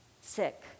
sick